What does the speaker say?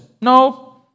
No